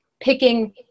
picking